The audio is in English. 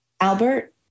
Albert